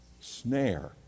snare